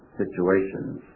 situations